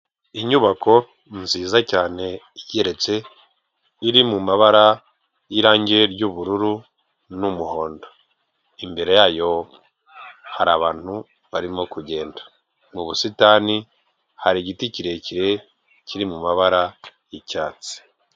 Inyubako nziza cyane igeretse, iri mu mabara y'irangi ry'ubururu n'umuhondo, imbere yayo hari abantu barimo kugenda, mu busitani hari igiti kirekire kiri mu mabara y'icyatsi.